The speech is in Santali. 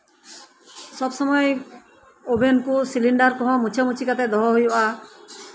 ᱛᱟᱨᱯᱚᱮ ᱥᱚᱵ ᱥᱚᱢᱚᱭ ᱳᱵᱷᱮᱱ ᱠᱚ ᱥᱤᱞᱤᱱᱰᱟᱨ ᱠᱚ ᱢᱩᱪᱷᱟᱹ ᱢᱩᱪᱷᱤ ᱠᱟᱛᱮᱫ ᱫᱚᱦᱚ ᱦᱩᱭᱩᱜᱼᱟ